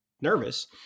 nervous